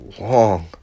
long